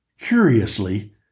Curiously